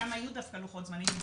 שם היו דווקא לוחות זמנים,